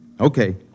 Okay